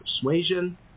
persuasion